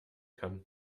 kann